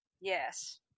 yes